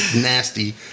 nasty